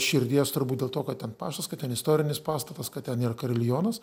širdies turbūt dėl to kad ten paštas kad ten istorinis pastatas kad ten yra karilionas